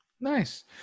Nice